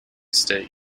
state